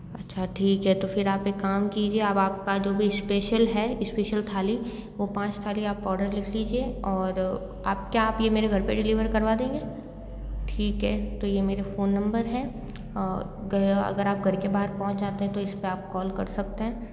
अच्छा ठीक है तो फिर आप एक काम कीजिए अब आपका जो भी स्पेशल है स्पेशल थाली वो पाँच थाली आप ऑर्डर लिख लीजिए और आप क्या यह मेरे घर पर डिलीवर करवा देंगे ठीक है तो यह मेरे फोन नंबर हैं और अगर आप घर के बाहर पहुँच जाते हैं तो उस पर आप कॉल कर सकते हैं